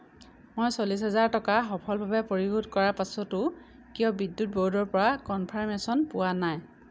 মই চল্লিছ হেজাৰ টকা সফলভাৱে পৰিশোধ কৰাৰ পাছতো কিয় বিদ্যুৎ ব'ৰ্ডৰ পৰা কনফাৰ্মেশ্য়ন পোৱা নাই